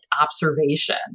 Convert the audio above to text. observation